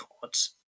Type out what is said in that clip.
cards